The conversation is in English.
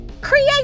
Create